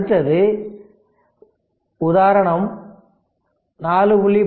அடுத்தது உதாரணம் 4